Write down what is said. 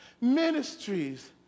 Ministries